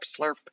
slurp